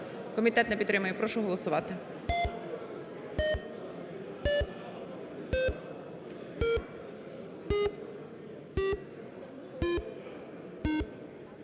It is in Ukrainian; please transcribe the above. Комітет не підтримує. Прошу голосувати.